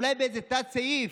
אולי באיזה תת-סעיף.